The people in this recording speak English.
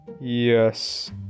yes